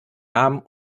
namen